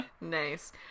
Nice